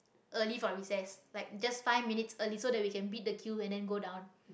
early for recess like just five minutes early so that we can beat the queue and then go down